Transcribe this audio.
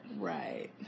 Right